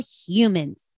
humans